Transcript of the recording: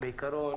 בעיקרון